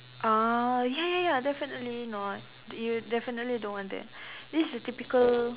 uh ya ya ya definitely not you definitely don't want that this your typical